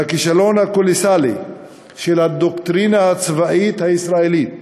והכישלון הקולוסלי של הדוקטרינה הצבאית הישראלית